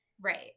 Right